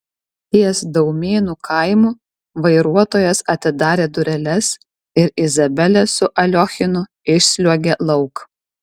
ties daumėnų kaimu vairuotojas atidarė dureles ir izabelė su aliochinu išsliuogė lauk